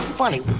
funny